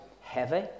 heavy